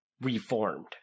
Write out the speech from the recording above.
reformed